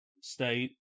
State